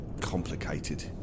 complicated